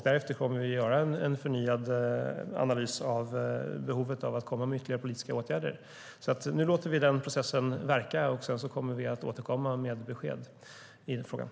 Därefter kommer vi att göra en förnyad analys av behovet av att komma med ytterligare politiska åtgärder.